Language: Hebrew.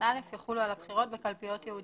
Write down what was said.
61א יחולו על הבחירות בקלפיות ייעודיות.